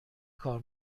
کار